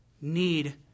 need